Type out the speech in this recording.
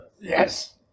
Yes